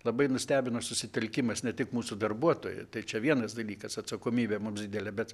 labai nustebino susitelkimas ne tik mūsų darbuotojų tai čia vienas dalykas atsakomybė mums didelė bet